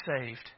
saved